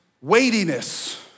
weightiness